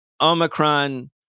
Omicron